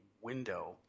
window